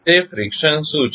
તે ફ્રીક્શન શું છે